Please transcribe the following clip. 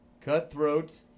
Cutthroat